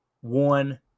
one